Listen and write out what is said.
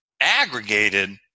aggregated